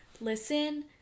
listen